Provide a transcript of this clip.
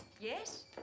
Yes